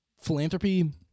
philanthropy